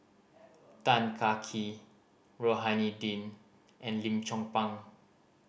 Tan Kah Kee Rohani Din and Lim Chong Pang